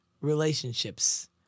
relationships